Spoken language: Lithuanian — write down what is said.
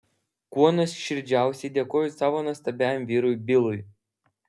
kuo nuoširdžiausiai dėkoju savo nuostabiajam vyrui bilui